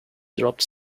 dropped